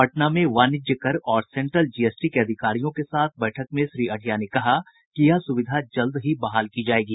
पटना में वाणिज्य कर और सेंट्रल जीएसटी के अधिकारियों के साथ बैठक में श्री अढ़िया ने कहा कि यह सुविधा जल्द ही बहाल की जायेगी